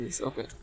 okay